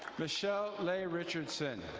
michelle lay richardson.